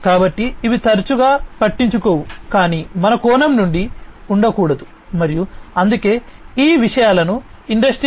కాబట్టి ఇవి తరచూ పట్టించుకోవు కాని మన కోణం నుండి ఉండకూడదు మరియు అందుకే ఈ విషయాలను ఇండస్ట్రీ 4